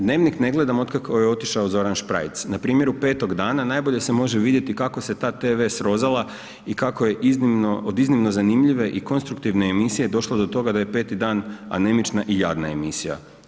Dnevnik ne gledam otkako je otišao Zoran Špraj na primjeru 5 dana najbolje se može vidjeti kako se ta tv srozala i kako je od iznimno zanimljive i konstruktivne emisije došlo do toga da je 5 dan anemična i jadna emisija.